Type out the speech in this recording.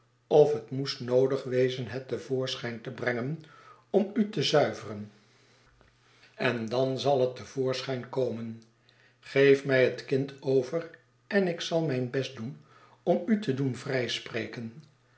of het moest noodig wezen het te voorschijn te brengen om u te zuiveren en dan zal het te voorschijn komen geef mij het kind over en ik zal mijn best doen om u te doen